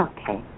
Okay